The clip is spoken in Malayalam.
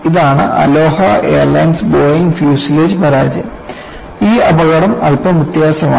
ഇതാണ് അലോഹ എയർലൈൻസ് ബോയിംഗ് ഫ്യൂസ്ലേജ് പരാജയം ഈ അപകടം അല്പം വ്യത്യസ്തമാണ്